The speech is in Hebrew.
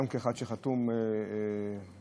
גם כאחד שחתום על